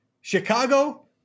Chicago